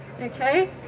okay